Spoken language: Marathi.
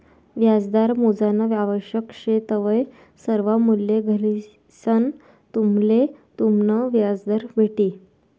व्याजदर मोजानं आवश्यक शे तवय सर्वा मूल्ये घालिसंन तुम्हले तुमनं व्याजदर भेटी